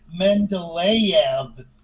Mendeleev